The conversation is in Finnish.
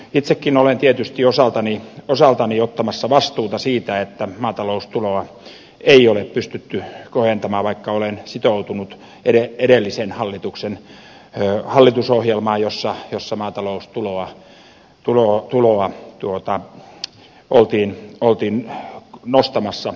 itsekin olen tietysti osaltani ottamassa vastuuta siitä että maataloustuloa ei ole pystytty kohentamaan vaikka olen sitoutunut edellisen hallituksen hallitusohjelmaan jossa maataloustuloa oltiin nostamassa